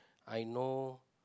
I know